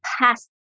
past